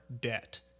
debt